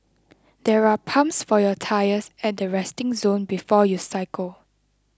there are pumps for your tyres at the resting zone before you cycle